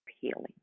Healing